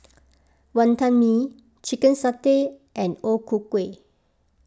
Wonton Mee Chicken Satay and O Ku Kueh